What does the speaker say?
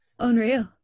Unreal